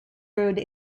road